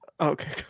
okay